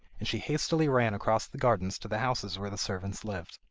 and she hastily ran across the gardens to the houses where the servants lived.